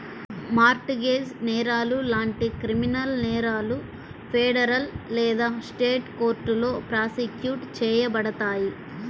mart gauge నేరాలు లాంటి criminal నేరాలు ఫెడరల్ లేదా స్టేట్ కోర్టులో ప్రాసిక్యూట్ చేయబడతాయి